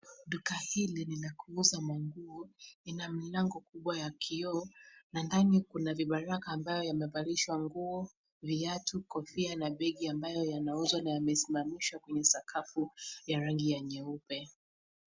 Duka hili ni la kuuza manguo. Ina milango kubwa ya kioo na ndani kuna vibaraka ambayo yamevalishwa nguo, viatu, kofia na begi ambayo yanauzwa na yamesimamishwa kwenye sakafu ya rangi ya nyeupe.